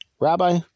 Rabbi